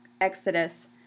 Exodus